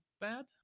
bad